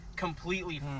Completely